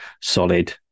solid